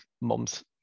mums